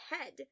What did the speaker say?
head